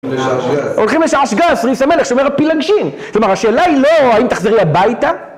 הולכים לשעשגז, סריס המלך, שומר הפילגשים, כלומר, השאלה היא לא, האם תחזרי הביתה?